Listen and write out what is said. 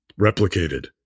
replicated